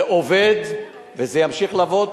זה עובד, וזה ימשיך לעבוד.